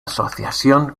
asociación